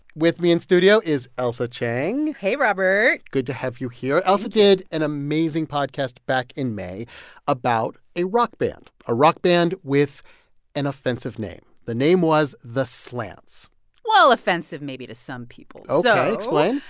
with me in studio is ailsa chang hey, robert good to have you here. ailsa did an amazing podcast back in may about a rock band, a rock band with an offensive name. the name was the slants well, offensive, maybe, to some people. so. ok. explain.